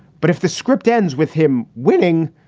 but if the script ends with him winning,